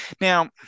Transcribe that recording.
now